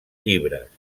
llibres